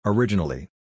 Originally